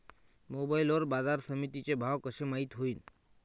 Mobile वर बाजारसमिती चे भाव कशे माईत होईन?